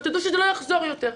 תדעו שזה לא יחזור יותר.